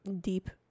deep